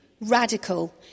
radical